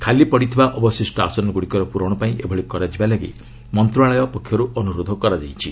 ଖାଲି ପଡ଼ିଥିବା ଅବଶିଷ୍ଟ ଆସନଗୁଡ଼ିକର ପୂରଣ ପାଇଁ ଏଭଳି କରାଯିବା ଲାଗି ମନ୍ତ୍ରଶାଳୟ ପକ୍ଷରୁ ଅନୁରୋଧ କରାଯାଇଛି